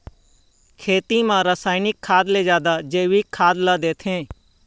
खेती म रसायनिक खाद ले जादा जैविक खाद ला देथे